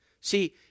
See